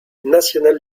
nationale